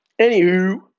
anywho